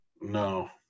No